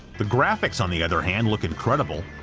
the graphics on the other hand look incredible,